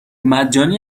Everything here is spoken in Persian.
مجانی